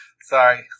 Sorry